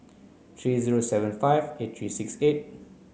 three zero seven five eight three six eight